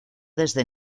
desde